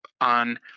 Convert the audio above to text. on